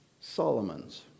Solomon's